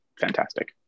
fantastic